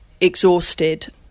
exhausted